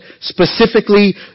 specifically